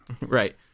Right